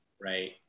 right